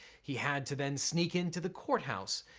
he had to then sneak into the courthouse,